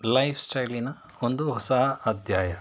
ಲೈಫ್ಸ್ಟೈಲಿನ ಒಂದು ಹೊಸ ಅಧ್ಯಾಯ